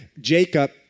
Jacob